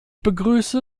begrüße